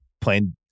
playing